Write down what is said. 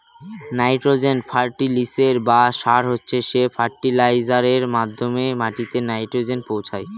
nitrogen ফার্টিলিসের বা সার হচ্ছে সে ফার্টিলাইজারের মাধ্যমে মাটিতে নাইট্রোজেন পৌঁছায়